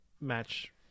match